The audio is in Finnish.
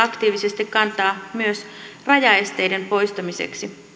aktiivisesti kantaa myös rajaesteiden poistamiseksi